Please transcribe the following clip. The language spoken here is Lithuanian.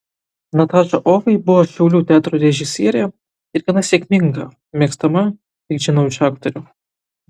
nataša ogai buvo šiaulių teatro režisierė ir gana sėkminga mėgstama kiek žinau iš aktorių